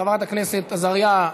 חברת הכנסת עזריה,